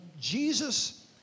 Jesus